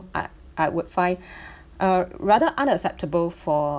I I would find uh rather acceptable for